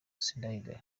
sindayigaya